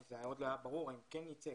זה עוד לא ברור היה ברור האם אני כן אצא,